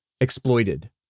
exploited